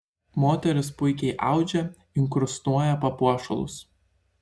moterys puikiai audžia inkrustuoja papuošalus